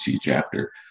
chapter